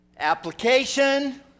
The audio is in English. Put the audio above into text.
Application